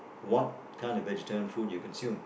what kind of vegetarian food you consume